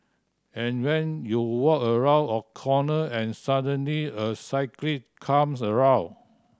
and when you walk around a corner and suddenly a cyclist comes around